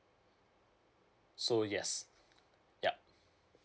so yes yup